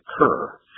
occur